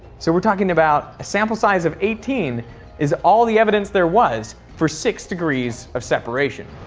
so we are talking about a sample size of eighteen is all the evidence there was for six degrees of separation.